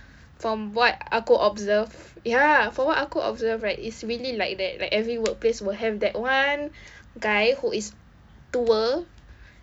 from what aku observe ya from what aku observe right it's really like that like every workplace will have that one guy who is tua